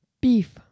Beef